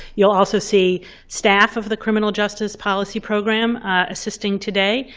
you'll also see staff of the criminal justice policy program assisting today,